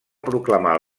proclamar